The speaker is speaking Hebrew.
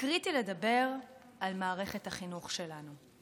קריטי לדבר על מערכת החינוך שלנו.